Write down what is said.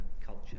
culture